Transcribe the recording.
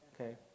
Okay